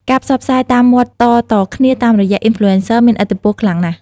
ការផ្សព្វផ្សាយតាមមាត់តៗគ្នាតាមរយៈ អុីនផ្លូអេនសឹ មានឥទ្ធិពលខ្លាំងណាស់។